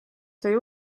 sai